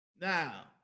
Now